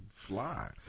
fly